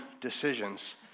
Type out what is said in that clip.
decisions